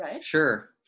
Sure